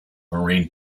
marine